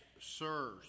sirs